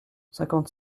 cinquante